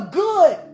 good